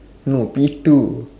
no P two